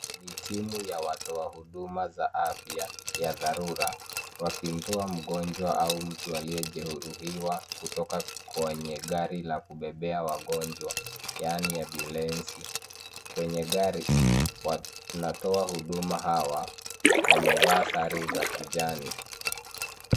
Ni timu ya watoa huduma za afya, ya dharura, wakimtoa mgonjwa, au mtu aliyejeruhiwa kutoka kwenye gari la kubebea wagonjwa, yaani ambulensi. Kwenye gari, wanatoa huduma hawa, wamevaa sare za kijani.